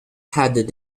had